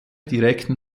direkten